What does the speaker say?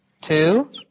two